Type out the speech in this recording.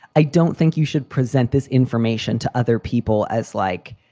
i don't think you should present this information to other people as like.